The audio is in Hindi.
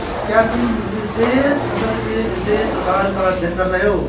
क्या तुम विशेष फसल के विशेष प्रकार का अध्ययन कर रहे हो?